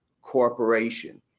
corporation